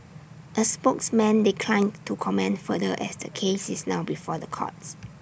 A spokesman declined to comment further as the case is now before the courts